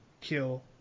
kill